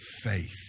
faith